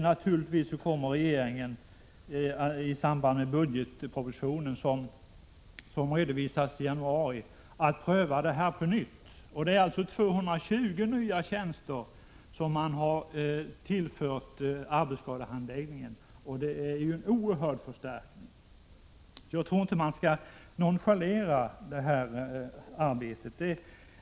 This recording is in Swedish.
Naturligtvis kommer regeringen i samband med budgetpropositionen, som läggs fram i januari, att pröva detta på nytt. Man har tillfört arbetsskadehandläggningen 220 nya tjänster, vilket är en oerhört stor förstärkning. Jag tror inte att man skall nonchalera detta arbete.